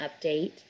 update